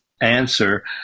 answer